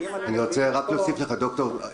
אני רוצה להוסיף, דוקטור.